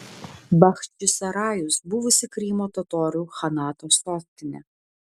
bachčisarajus buvusi krymo totorių chanato sostinė